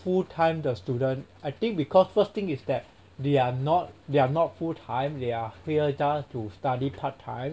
full time 的 student I think because first thing is that they are not they are not full time they are here just to study part time